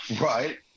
Right